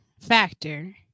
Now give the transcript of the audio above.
factor